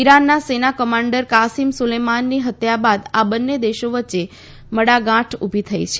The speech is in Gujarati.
ઇરાનના સેના કમાન્ડર કાસિમ સુલેમાનીની હત્યા બાદ આ બંને દેશો વચ્ચે મડાગાંઠ ઊભી થઈ છે